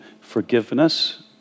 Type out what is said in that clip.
forgiveness